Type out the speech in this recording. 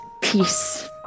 peace